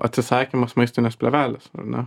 atsisakymas maistinės plėvelės ar ne